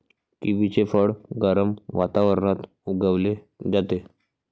किवीचे फळ गरम वातावरणात उगवले जाते